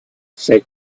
s’è